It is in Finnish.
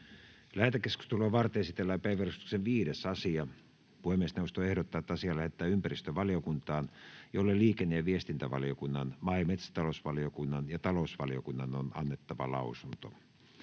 Lähetekeskustelua varten esitellään päiväjärjestyksen 5. asia. Puhemiesneuvosto ehdottaa, että asia lähetetään ympäristövaliokuntaan, jolle liikenne- ja viestintävaliokunnan, maa- ja metsätalousvaliokunnan ja talousvaliokunnan on annettava lausunto.